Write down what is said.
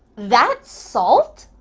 that's salt?